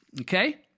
Okay